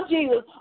Jesus